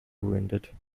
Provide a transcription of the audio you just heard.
wounded